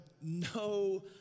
no